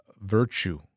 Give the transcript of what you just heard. virtue